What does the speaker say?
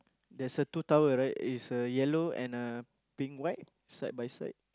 there's a two tower right there's a yellow and pink right side by side